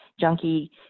junkie